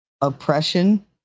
Oppression